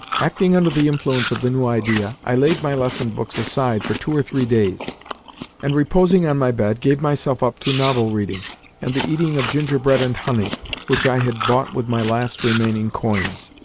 acting under the influence of the new idea, i laid my lesson-books aside for two or three days and, reposing on my bed, gave myself up to novel-reading and the eating of gingerbread-and-honey which i had bought with my last remaining coins.